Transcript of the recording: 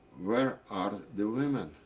where ah the women?